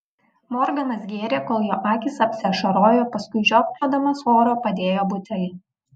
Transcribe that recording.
morganas gėrė kol jo akys apsiašarojo paskui žiopčiodamas oro padėjo butelį